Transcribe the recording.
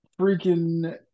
freaking